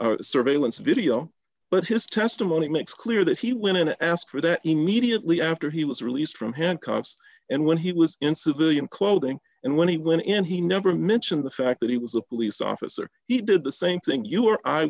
surveillance video but his testimony makes clear that he went in to ask for that immediately after he was released from handcuffs and when he was in civilian clothing and when he went in and he never mentioned the fact that he was a police officer he did the same thing you